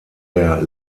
der